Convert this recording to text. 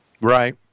Right